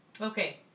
Okay